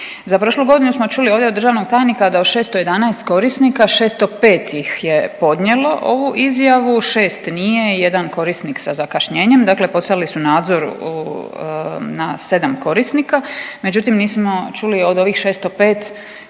Za prošlu godinu smo čuli ovdje od državnog tajnika da od 611 korisnika 605 ih je podnijelo ovu izjavu, 6 nije jedan korisnik sa zakašnjenjem. Dakle, poslali su nadzor na 7 korisnika. Međutim, nismo čuli od ovih 605 koji